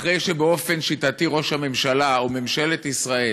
אחרי שבאופן שיטתי ראש הממשלה או, ממשלת ישראל